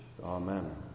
Amen